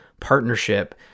partnership